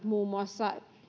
muun muassa